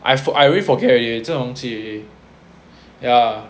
I for I really forget already 这种东西 ya